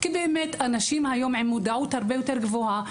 יש להם מודעות הרבה יותר גבוהה,